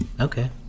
Okay